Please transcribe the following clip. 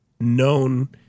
known